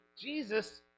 Jesus